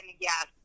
yes